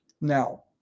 Now